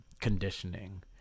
conditioning